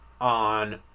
on